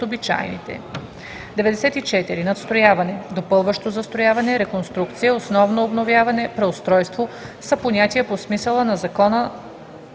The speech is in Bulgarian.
обичайните. 94. „Надстрояване“, „допълващо застрояване“, „реконструкция“, „основно обновяване“, „преустройство“ са понятия по смисъла на Закона